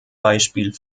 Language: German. beispiel